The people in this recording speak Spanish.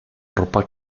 ropa